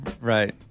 Right